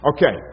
Okay